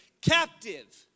captive